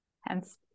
Hence